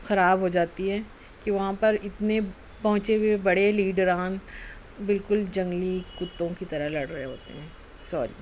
خراب ہو جاتی ہے کہ وہاں پر اتنے پہنچے ہوئے بڑے لیڈران بالکل جنگلی کتوں کی طرح لڑ رہے ہوتے ہیں سوری